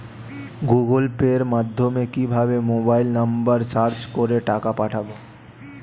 Google Pay মাধ্যমে কিভাবে mobile number search করে টাকা পাঠাবো?